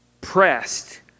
pressed